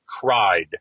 cried